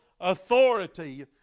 authority